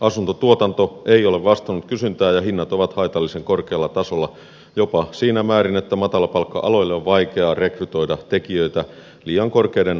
asuntotuotanto ei ole vastannut kysyntää ja hinnat ovat haitallisen korkealla tasolla jopa siinä määrin että matalapalkka aloille on jo vaikeaa rekrytoida tekijöitä liian korkeiden asuinkustannusten vuoksi